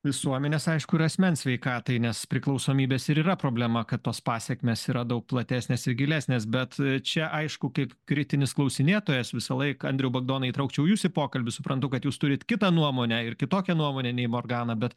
visuomenės aišku ir asmens sveikatai nes priklausomybės ir yra problema kad tos pasekmės tai yra daug platesnės ir gilesnės bet čia aišku kaip kritinis klausinėtojas visą laik andriau bagdonai įtraukčiau jus į pokalbį suprantu kad jūs turit kitą nuomonę ir kitokią nuomonę nei morgana bet